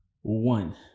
one